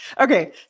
Okay